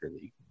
League